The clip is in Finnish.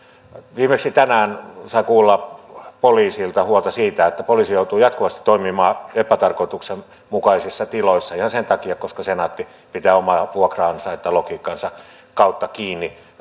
viimeksi tänään sain kuulla poliisilta huolta siitä että poliisi joutuu jatkuvasti toimimaan epätarkoituksenmukaisissa tiloissa ihan sen takia koska senaatti pitää oman vuokranansaintalogiikkansa kautta kiinni